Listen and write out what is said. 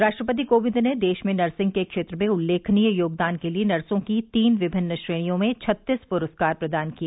राष्ट्रपति कोविंद ने देश में नर्सिंग के क्षेत्र में उल्लेखनीय योगदान के लिए नर्सों की तीन विभिन्न श्रेणियों में छत्तीस पुरस्कार प्रदान किए